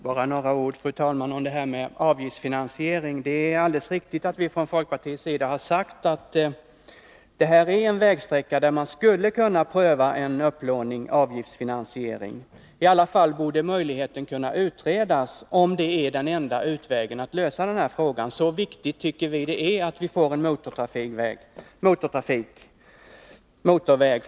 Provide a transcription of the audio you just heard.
Fru talman! Bara några ord om avgiftsfinansiering. Det är alldeles riktigt att folkpartiet har sagt att det här är en vägsträcka där man skulle kunna pröva en avgiftsfinansiering — i varje fall borde möjligheten kunna utredas, om det är den enda chansen att få detta vägbygge till stånd. Så viktigt tycker vi att det är att få en motorväg.